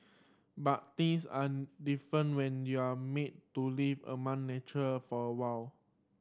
but things are different when you're made to live among nature for awhile